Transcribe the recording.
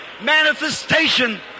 manifestation